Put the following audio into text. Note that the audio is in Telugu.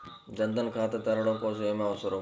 జన్ ధన్ ఖాతా తెరవడం కోసం ఏమి అవసరం?